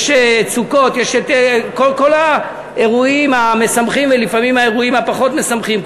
כל האירועים המשמחים ולפעמים האירועים הפחות-משמחים,